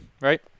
right